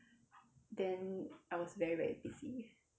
then I was very very busy